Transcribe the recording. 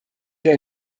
der